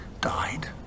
died